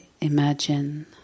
imagine